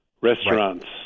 restaurants